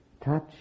touch